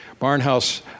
Barnhouse